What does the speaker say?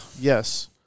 Yes